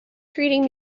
treating